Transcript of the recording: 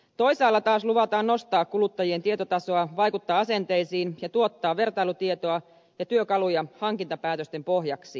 toisaalla taas luvataan nostaa kuluttajien tietotasoa vaikuttaa asenteisiin ja tuottaa vertailutietoa ja työkaluja hankintapäätösten pohjaksi